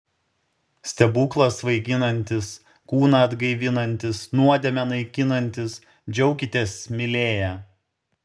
stebuklas svaiginantis kūną atgaivinantis nuodėmę naikinantis džiaukitės mylėję